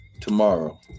tomorrow